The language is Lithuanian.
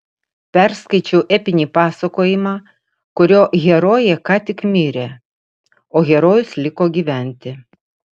perskaičiau epinį pasakojimą kurio herojė ką tik mirė o herojus liko gyventi